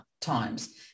times